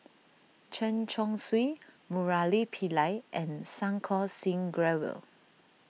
Chen Chong Swee Murali Pillai and Santokh Singh Grewal